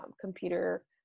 computer